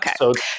Okay